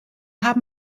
haben